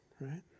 Right